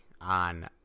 on